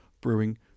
brewing